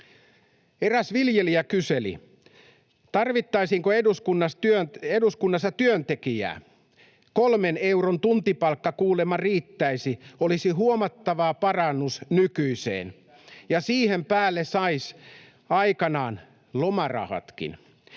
Eräs viljelijä kyseli, tarvittaisiinko eduskunnassa työntekijää. Kolmen euron tuntipalkka kuulemma riittäisi, olisi huomattava parannus nykyiseen — [Leena Meri: Niinpä!] ja siihen päälle saisi aikanaan lomarahatkin.